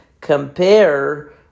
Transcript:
compare